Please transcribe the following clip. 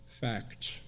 facts